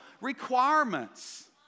requirements